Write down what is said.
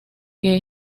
que